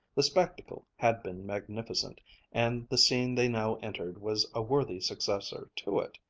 the spectacle had been magnificent and the scene they now entered was a worthy successor to it.